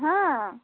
हँ